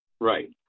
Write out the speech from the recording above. Right